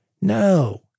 No